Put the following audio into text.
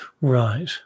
right